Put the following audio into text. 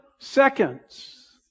Seconds